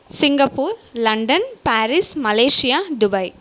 Singapore London Paris Malaysia Dubai